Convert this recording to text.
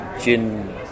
Jin